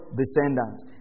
descendants